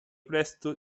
presto